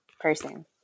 person